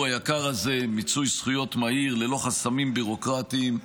היקר הזה מיצוי זכויות מהיר ללא חסמים ביורוקרטיים.